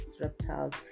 reptiles